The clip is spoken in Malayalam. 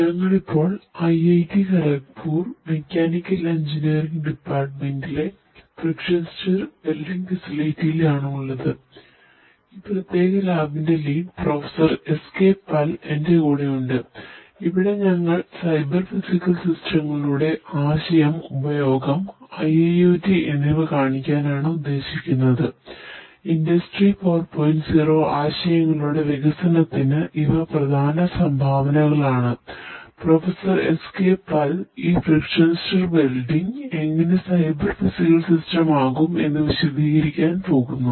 ഞങ്ങൾ ഇപ്പോൾ ഐഐടി ഖരഗ്പൂർ ആകും എന്ന് വിശദീകരിക്കാൻ പോകുന്നു